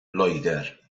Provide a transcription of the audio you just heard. loegr